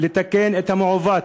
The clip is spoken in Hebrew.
לתקן את המעוות.